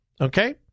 okay